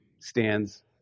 stands